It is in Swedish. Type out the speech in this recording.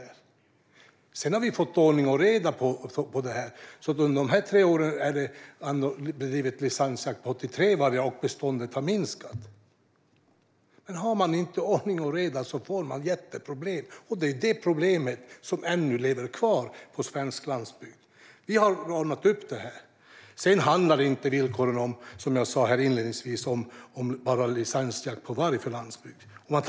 Sedan dess har vi fått ordning och reda. Under våra tre år har det bedrivits licensjakt på 83 vargar, och beståndet har minskat. Om man inte har ordning och reda får man jätteproblem, och det är detta problem som ännu lever kvar på svensk landsbygd. Vi har ordnat upp detta. Som jag sa inledningsvis handlar landsbygdens villkor inte bara om licensjakt på varg.